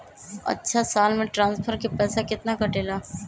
अछा साल मे ट्रांसफर के पैसा केतना कटेला?